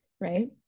right